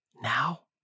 now